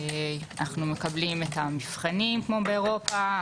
אנחנו מקבלים את המבחנים כמו באירופה.